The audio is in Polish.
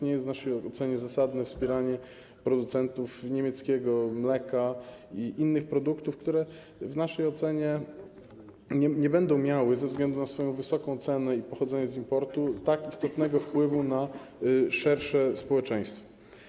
Nie jest w naszej ocenie zasadne wspieranie producentów niemieckiego mleka i innych produktów, które w naszej ocenie nie będą miały, ze względu na swoją wysoką cenę i pochodzenie z importu, tak istotnego wpływu na społeczeństwo.